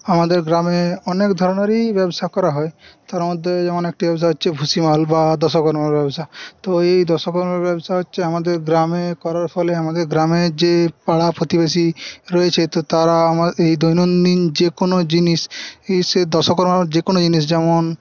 আমাদের গ্রামে অনেক ধরনেরই ব্যবসা করা হয় তার মধ্যে যেমন একটি ব্যবসা হচ্ছে ভুষিমাল বা দশকর্মার ব্যবসা তো এই দশকর্মার ব্যবসা হচ্ছে আমাদের গ্রামে করার ফলে আমাদের গ্রামের যে পাড়া প্রতিবেশি রয়েছে তো তারা আমাদের এই দৈনন্দিন যেকোনো জিনিস দশকর্মার যে কোনো জিনিস যেমন